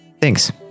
Thanks